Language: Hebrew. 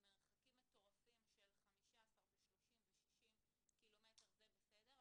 מרחקים מטורפים של 15 ו-30 ו-60 ק"מ זה בסדר,